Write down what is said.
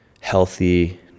healthy